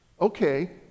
Okay